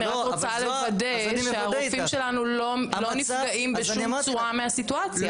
אני רק רוצה לוודא שהרופאים שלנו לא נפגעים בשום צורה מהסיטואציה.